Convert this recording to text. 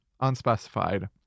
unspecified